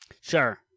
Sure